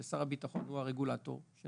כששר הביטחון הוא הרגולטור של